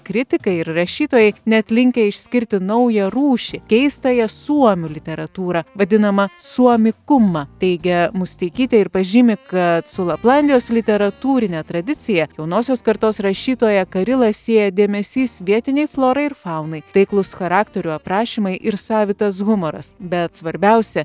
kritikai ir rašytojai net linkę išskirti naują rūšį keistąją suomių literatūrą vadinamą suomikuma teigia musteikytė ir pažymi kad su laplandijos literatūrine tradicija jaunosios kartos rašytoją karilą sieja dėmesys vietinei florai ir faunai taiklūs charakterių aprašymai ir savitas humoras bet svarbiausia